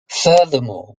furthermore